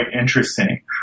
interesting